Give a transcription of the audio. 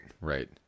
Right